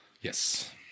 Yes